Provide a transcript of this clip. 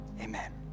amen